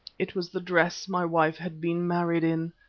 it was the dress my wife had been married in.